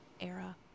era